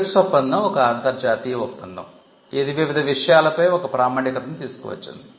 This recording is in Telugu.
TRIPS ఒప్పందం ఒక అంతర్జాతీయ ఒప్పందం ఇది వివిధ విషయాలపై ఒక ప్రామాణికతను తీసుకువచ్చింది